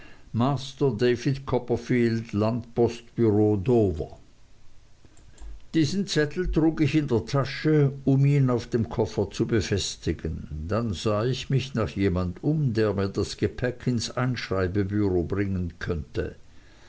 master david copperfield landpostbureau dover diesen zettel trug ich in der tasche um ihn auf dem koffer zu befestigen dann sah ich mich nach jemand um der mir das gepäck ins einschreibebureau bringen könnte